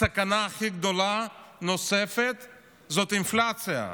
הסכנה הנוספת הכי גדולה זאת אינפלציה.